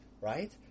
right